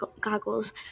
goggles